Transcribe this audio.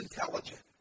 intelligent